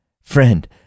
friend